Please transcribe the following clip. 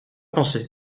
pensé